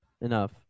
enough